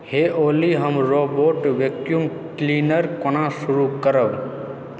हे ओली हम रोबोट वैक्यूम क्लीनर कओना शुरू करब